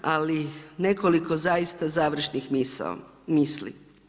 Ali nekoliko zaista završnih misli.